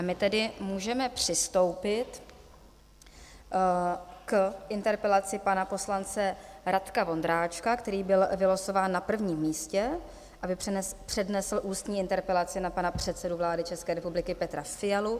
My tedy můžeme přistoupit k interpelaci pana poslance Radka Vondráčka, který byl vylosován na prvním místě, aby přednesl ústní interpelaci na pana předsedu vlády České republiky Petra Fialu.